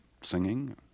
singing